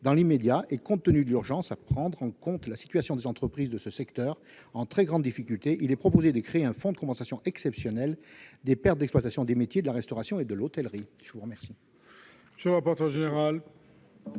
Dans l'immédiat, et compte tenu de l'urgence qu'il y a à prendre en compte la situation des entreprises de ce secteur en très grande difficulté, il est proposé de créer un fonds exceptionnel de compensation des pertes d'exploitation pour les métiers de la restauration et de l'hôtellerie. Quel